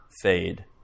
fade